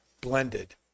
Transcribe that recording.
blended